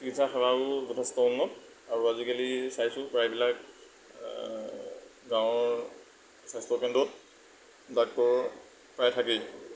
চিকিৎসা সেৱাও যথেষ্ট উন্নত আৰু আজিকালি চাইছোঁ প্ৰায়বিলাক গাঁৱৰ স্বাস্থ্য কেন্দ্ৰত ডাক্তৰ প্ৰায় থাকেই